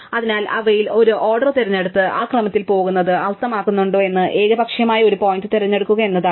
അതിനാൽ അവയിൽ ഒരു ഓർഡർ തിരഞ്ഞെടുത്ത് ആ ക്രമത്തിൽ പോകുന്നത് അർത്ഥമാക്കുന്നുണ്ടോ എന്ന് ഏകപക്ഷീയമായ ഒരു പോയിന്റ് തിരഞ്ഞെടുക്കുക എന്നതാണ്